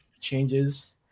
changes